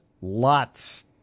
Lots